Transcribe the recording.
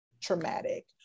traumatic